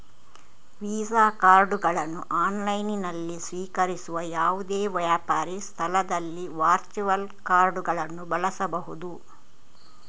visa ಕಾರ್ಡುಗಳನ್ನು ಆನ್ಲೈನಿನಲ್ಲಿ ಸ್ವೀಕರಿಸುವ ಯಾವುದೇ ವ್ಯಾಪಾರಿ ಸ್ಥಳದಲ್ಲಿ ವರ್ಚುವಲ್ ಕಾರ್ಡುಗಳನ್ನು ಬಳಸಬಹುದು